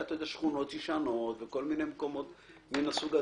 שכונות ישנות וכל מיני מקומות מהסוג הזה,